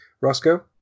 Roscoe